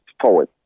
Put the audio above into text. forward